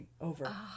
over